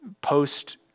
post